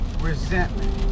resentment